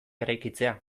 eraikitzea